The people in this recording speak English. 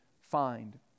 find